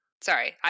sorry